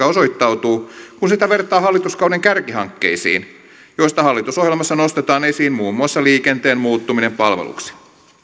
osoittautuu kun sitä vertaa hallituskauden kärkihankkeisiin joista hallitusohjelmassa nostetaan esiin muun muassa liikenteen muuttuminen palveluksi